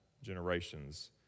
Generations